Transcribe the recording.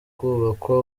kubakwa